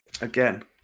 Again